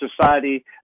society